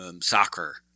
soccer